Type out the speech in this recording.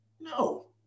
No